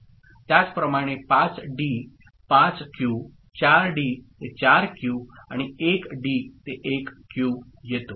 त्याचप्रमाणे 5 D 5 Q 4 D ते 4 Q आणि 1 डी ते 1 क्यू येतो